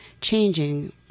changing